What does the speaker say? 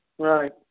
Right